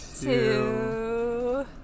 two